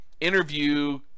Interview